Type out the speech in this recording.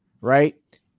right